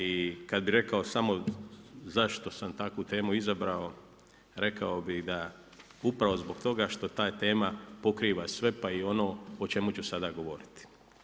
I kad bi rekao samo, zašto sam takvu temu izabrao, rekao bi upravo zato što ta tema pokriva sve, pa i ono o čemu ću sada govoriti.